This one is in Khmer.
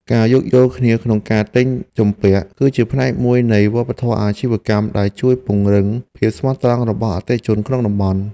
ការយោគយល់គ្នាក្នុងការទិញជំពាក់ គឺជាផ្នែកមួយនៃវប្បធម៌អាជីវកម្មដែលជួយពង្រឹងភាពស្មោះត្រង់របស់អតិថិជនក្នុងតំបន់។